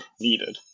needed